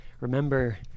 remember